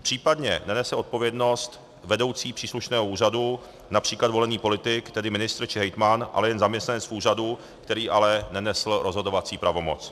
Případně nenese odpovědnost vedoucí příslušného úřadu, například volený politik, tedy ministr či hejtman, ale jen zaměstnanec úřadu, který ale nenesl rozhodovací pravomoc.